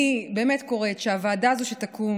אני באמת קוראת לכך שהוועדה הזו שתקום